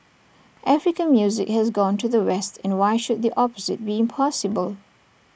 African music has gone to the west and why should the opposite be impossible